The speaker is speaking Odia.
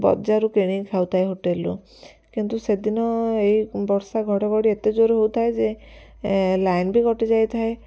ବଜାରରୁ କିଣି ଖାଉଥାଉ ହୋଟେଲରୁ କିନ୍ତୁ ସେଦିନ ଏଇ ବର୍ଷା ଘଡ଼ଘଡ଼ି ଏତେ ଜୋରେ ହଉଥାଏ ଯେ ଲାଇନ ବି କଟିଯାଇଥାଏ